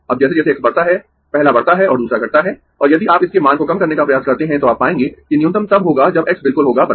अब जैसे जैसे x बढ़ता है पहला बढ़ता है और दूसरा घटता है और यदि आप इसके मान को कम करने का प्रयास करते है तो आप पाएंगें कि न्यूनतम तब होगा जब x बिल्कुल होगा 1